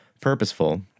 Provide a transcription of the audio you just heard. purposeful